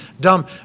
dumb